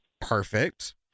Perfect